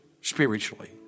spiritually